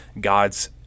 God's